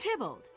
Tibbled